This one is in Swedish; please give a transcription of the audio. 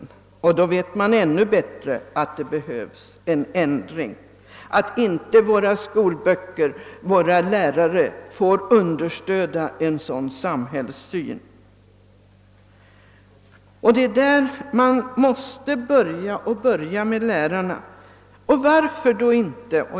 När man hör sådant förstår man ännu bättre att det behövs en ändring och att våra skolböcker och lärare inte får understödja en sådan samhällssyn. Vi måste börja med lärarna.